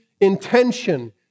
intention